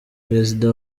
perezida